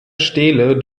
stele